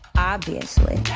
obviously.